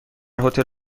هتل